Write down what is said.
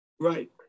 Right